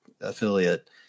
affiliate